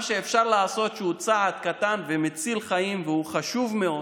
מה שאפשר לעשות שהוא צעד קטן ומציל חיים והוא חשוב מאוד